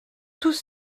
tous